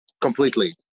completely